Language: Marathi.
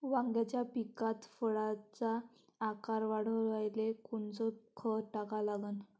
वांग्याच्या पिकात फळाचा आकार वाढवाले कोनचं खत टाका लागन?